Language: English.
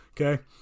Okay